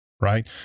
right